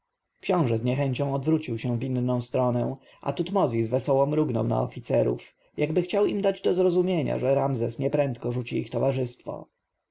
książę z niechęcią odwrócił się w inną stronę a tutmozis wesoło mrugnął na oficerów jakby chciał im dać do zrozumienia że ramzes nieprędko rzuci ich towarzystwo